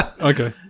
Okay